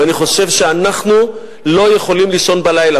ואני חושב שאנחנו לא יכולים לישון בלילה,